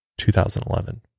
2011